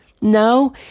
No